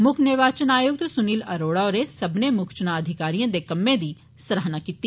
मुक्ख निर्वाचन आयुक्त सुनील अरोड़ा होरें सब्बने मुक्ख चुना अधिकारिए दे कम्में दी सराहना कीती